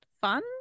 fun